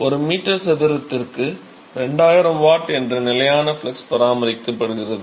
ஒரு m சதுரத்திற்கு 2000 w என்ற நிலையான ஃப்ளக்ஸ் பராமரிக்கிறது